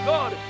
God